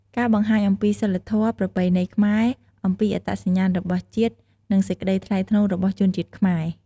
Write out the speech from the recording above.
ការបង្ហាញអំពីសីលធម៌ ប្រពៃណីខ្មែរ អំពីអត្តសញ្ញាណរបស់ជាតិ និង សេចក្តីថ្លៃថ្នូររបស់ជនជាតិខ្មែរ ។